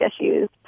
issues